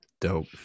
Dope